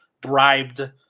bribed